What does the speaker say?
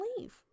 leave